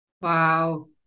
Wow